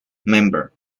member